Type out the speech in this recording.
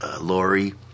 Lori